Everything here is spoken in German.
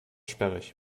sperrig